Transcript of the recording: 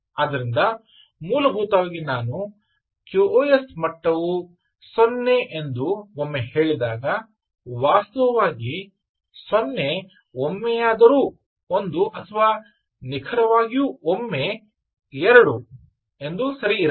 ಆದ್ದರಿಂದ ಮೂಲಭೂತವಾಗಿ ನಾನು QoS ಮಟ್ಟವು 0 ಎಂದು ಒಮ್ಮೆ ಹೇಳಿದಾಗ ವಾಸ್ತವವಾಗಿ 0 ಒಮ್ಮೆಯಾದರೂ ಒಂದು ಮತ್ತು ನಿಖರವಾಗಿ ಒಮ್ಮೆ 2 ಸರಿ ಇರಲಿ